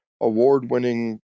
award-winning